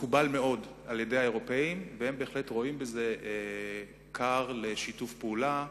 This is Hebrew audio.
מקובל מאוד על האירופים והם בהחלט רואים בזה כר לשיתוף פעולה,